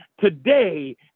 today